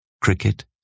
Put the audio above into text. cricket